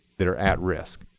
that are at risk.